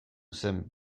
zen